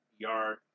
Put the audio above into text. Yard